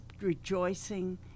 rejoicing